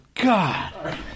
god